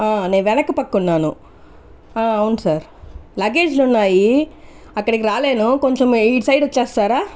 నేను వెనుక పక్క ఉన్నాను అవును సార్ లగేజ్లు ఉన్నాయి అక్కడికి రాలేను కొంచెం ఇటు సైడ్ వచ్చేస్తారా